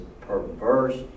perverse